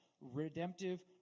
redemptive